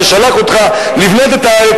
ששלח אותך לבנות את הארץ,